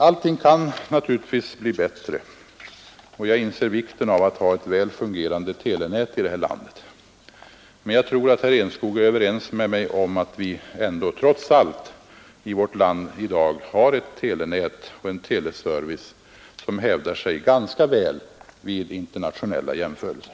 Allt kan naturligtvis bli bättre, och jag inser vikten av att ha ett väl fungerande telenät i det här landet. Men jag tror att herr Enskog är överens med mig om att vi trots allt i dag har ett telenät och en teleservice som hävdar sig ganska väl vid internationella jämförelser.